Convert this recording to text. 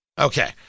Okay